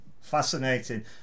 Fascinating